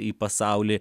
į pasaulį